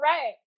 Right